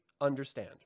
understand